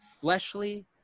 fleshly